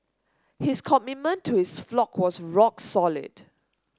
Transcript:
his commitment to his flock was rock solid